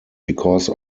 because